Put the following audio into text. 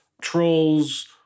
trolls